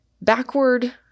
Backward